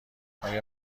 آیا